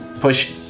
Push